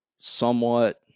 somewhat